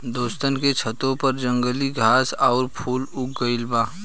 दोस्तन के छतों पर जंगली घास आउर फूल उग गइल बा